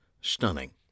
stunning